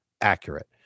accurate